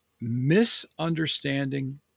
misunderstanding